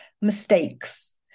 mistakes